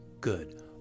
good